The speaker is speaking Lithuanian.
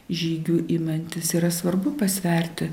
žygių imantis yra svarbu pasverti